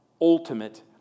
ultimate